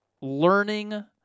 learning